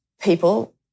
people